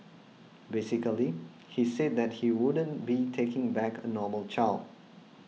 basically he said that he wouldn't be taking back a normal child